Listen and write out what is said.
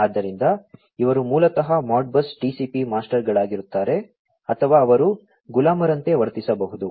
ಆದ್ದರಿಂದ ಇವರು ಮೂಲತಃ ಮಾಡ್ಬಸ್ TCP ಮಾಸ್ಟರ್ಗಳಾಗಿರುತ್ತಾರೆ ಅಥವಾ ಅವರು ಗುಲಾಮರಂತೆ ವರ್ತಿಸಬಹುದು